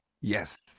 yes